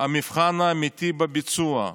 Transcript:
המבחן האמיתי הוא בביצוע.